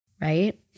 Right